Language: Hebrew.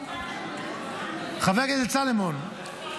חבר הכנסת סולומון.